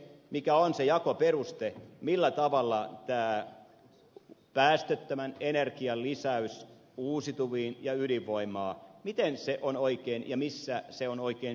mikä on se jakoperuste miten ja missä on oikein syntynyt tämä päästöttömän energian lisäys uusiutuviin ja ydinvoimaa miten se on oikein ja ydinvoimaan